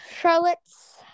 Charlotte's